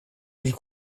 ils